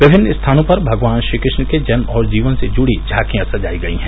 विमिन्न स्थानों पर भगवान श्रीकृष्ण के जन्म और जीवन से जुड़ी झांकिया सजायी गयी हैं